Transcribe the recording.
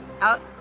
out